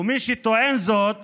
ומי שטוען זאת